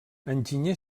enginyer